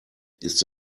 ist